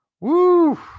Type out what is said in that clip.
woo